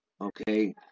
okay